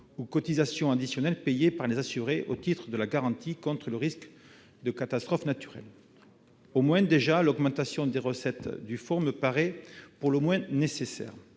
ou cotisations additionnelles payées par les assurés au titre de la garantie contre le risque de catastrophes naturelles. À tout le moins, l'augmentation des recettes du fonds me paraît nécessaire.